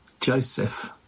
Joseph